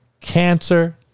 cancer